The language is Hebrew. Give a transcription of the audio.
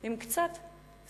עם קצת סבלנות.